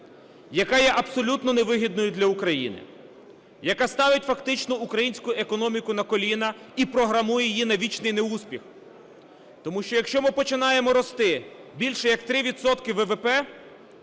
яка є абсолютно невигідною для України, яка ставить фактично українську економіку на коліна і програмує її на вічний неуспіх, тому що, якщо ми починаємо рости більше як 3